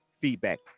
feedback